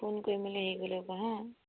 phone কৰি মেলি হেৰি কৰি ল'ব হা